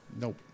Nope